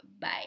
Bye